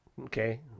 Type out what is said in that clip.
Okay